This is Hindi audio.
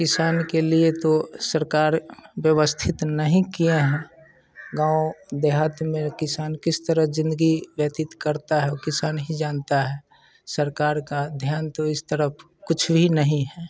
किसान के लिए तो सरकार व्यवस्थित नहीं किया है गाँव देहात में किसान किस तरह ज़िन्दगी व्यतित करता है वो किसान ही जानता है सरकार का ध्यान तो इस तरफ़ कुछ ही नहीं है